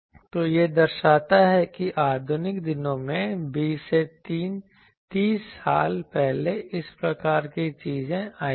तो यह दर्शाता है कि आधुनिक दिनों में 20 30 साल पहले इस प्रकार की चीजें आई थीं